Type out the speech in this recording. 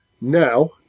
Now